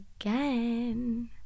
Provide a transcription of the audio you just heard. again